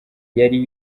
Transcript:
yari